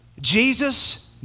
Jesus